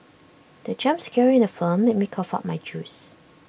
the jump scare in the film made me cough out my juice